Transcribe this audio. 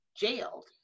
jailed